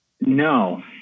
no